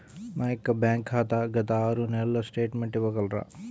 నా యొక్క బ్యాంక్ ఖాతా గత ఆరు నెలల స్టేట్మెంట్ ఇవ్వగలరా?